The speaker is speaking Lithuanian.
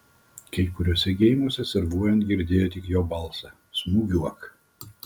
kai kuriuose geimuose servuojant girdėjo tik jo balsą smūgiuok